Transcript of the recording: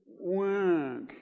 work